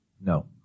No